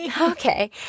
Okay